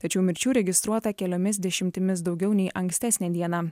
tačiau mirčių registruota keliomis dešimtimis daugiau nei ankstesnę dieną